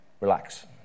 relax